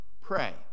pray